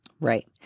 Right